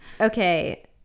Okay